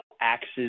axes